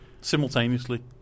simultaneously